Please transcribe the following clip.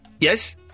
Yes